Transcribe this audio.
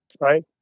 right